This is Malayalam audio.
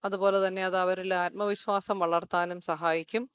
അതുപോലതന്നെ അതവരിൽ ആത്മവിശ്വാസം വളർത്താനും സഹായിക്കും